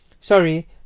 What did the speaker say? Sorry